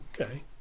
Okay